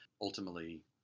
Ultimately